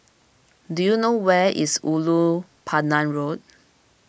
do you know where is Ulu Pandan Road